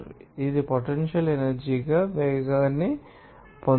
ఇది potential energy గా వేగాన్ని పొందుతుంది